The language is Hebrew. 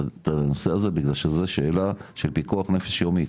הנושא הזה בגלל שזה שאלה של פיקוח נפש יומית.